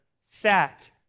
sat